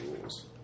rules